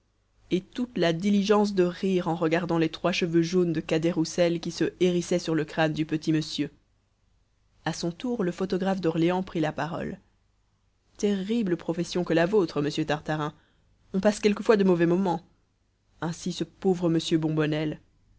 et toute la diligence de rire en regardant les trois cheveux jaunes de cadet-roussel qui se hérissaient sur le crâne du petit monsieur a son tour le photographe d'orléansville prit la parole terrible profession que la vôtre monsieur tartarin on passe quelquefois de mauvais moments ainsi ce pauvre m